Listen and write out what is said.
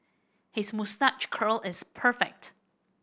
his moustache curl is perfect